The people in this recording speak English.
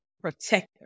protector